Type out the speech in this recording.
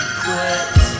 quit